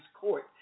court